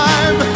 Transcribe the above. Time